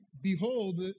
behold